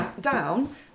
down